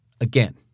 Again